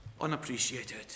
unappreciated